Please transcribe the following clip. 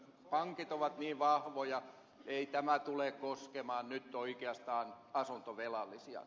pankit ovat niin vahvoja ei tämä tule koskemaan nyt oikeastaan asuntovelallisia